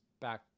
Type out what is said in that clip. back